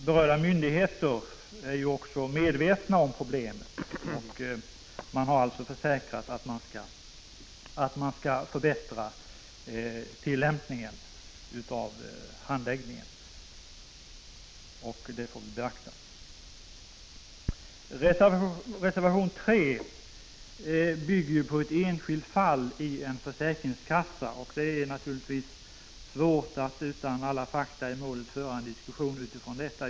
Berörda myndigheter är också medvetna om problemen och har försäkrat att de kan förbättra tillämpningen av reglerna om handläggning, och det får 63 vi beakta. Reservation 3 bygger på ett enskilt fall i en försäkringskassa, och det är naturligtvis svårt att utan alla fakta i målet föra en diskussion utifrån detta.